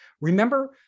Remember